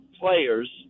players